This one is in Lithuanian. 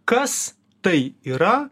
kas tai yra